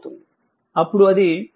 అప్పుడు అది 4t u u అవుతుంది